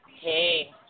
Hey